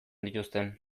dituzten